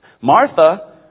Martha